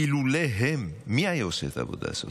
אילולא הם, מי היה עושה את העבודה הזאת.